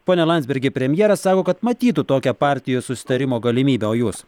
pone landsbergi premjeras sako kad matytų tokią partijų susitarimo galimybę o jūs